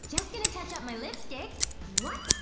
just going to touch up my lipstick what?